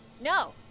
No